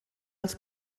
els